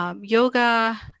yoga